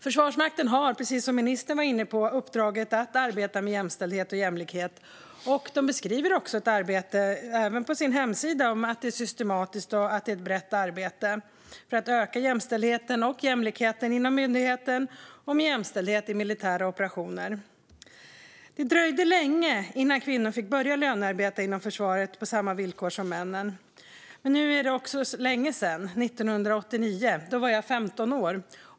Försvarsmakten har, som ministern var inne på, uppdraget att arbeta med jämställdhet och jämlikhet. Försvarsmakten beskriver också på sin hemsida ett systematiskt och brett arbete med att öka jämställdheten och jämlikheten inom myndigheten och med jämställdhet i militära operationer. Det dröjde länge innan kvinnor fick börja lönearbeta inom försvaret på samma villkor som männen, men nu är det också länge sedan - år 1989, då jag var 15 år.